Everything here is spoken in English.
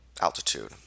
altitude